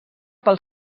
pel